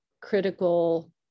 critical